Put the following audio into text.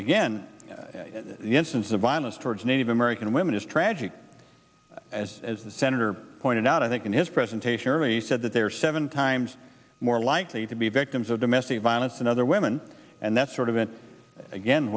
violence towards native american women is tragic as as the senator pointed out i think in his presentation really said that there are seven times more likely to be victims of domestic violence than other women and that sort of an again